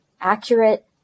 accurate